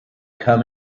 come